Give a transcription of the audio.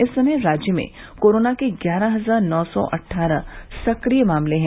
इस समय राज्य में कोरोना के ग्यारह हजार नौ सौ अट्ठारह सक्रिय मामले हैं